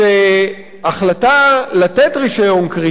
שהחלטה לתת רשיון כריתה,